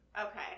Okay